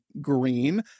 green